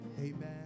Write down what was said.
amen